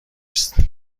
است